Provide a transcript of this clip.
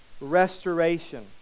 restoration